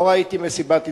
לא ראיתי מסיבת עיתונאים,